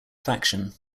faction